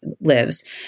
lives